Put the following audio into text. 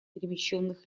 перемещенных